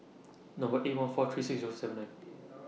Number eight one four three six Zero seven nine